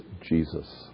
Jesus